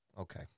Okay